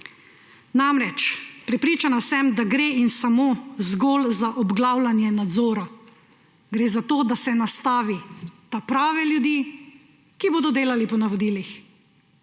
Namreč, prepričana sem, da gre in samo zgolj za obglavljanje nadzora. Gre za to, da se nastavi ta prave ljudi, ki bodo delali po navodilih.